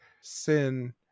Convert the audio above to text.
sin